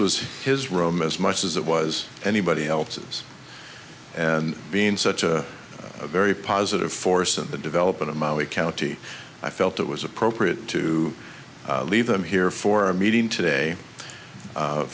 was his room as much as it was anybody else's and being such a very positive force in the development of maui county i felt it was appropriate to leave them here for a meeting today